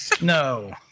No